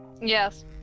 yes